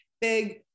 Big